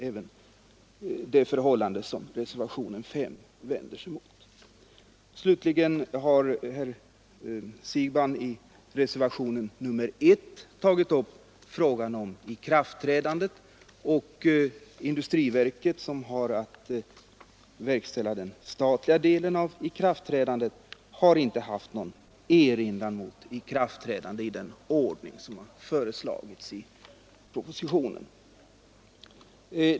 Även det förhållande som reservationen 5 vänder sig mot är alltså i överensstämmelse med ett förändrat synsätt. Slutligen har herr Siegbahn diskuterat ikraftträdandet. Industriverket, som har att verkställa den statliga handläggningen av ikraftträdandet av lagen, har inte haft någon erinran mot den ordning som föreslagits i propositionen.